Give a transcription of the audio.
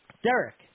Derek